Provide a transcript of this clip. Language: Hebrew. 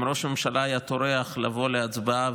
אם ראש הממשלה היה טורח לבוא להצבעה